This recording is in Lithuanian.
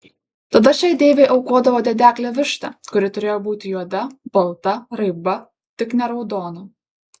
tada šiai deivei aukodavo dedeklę vištą kuri turėjo būti juoda balta raiba tik ne raudona